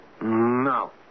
No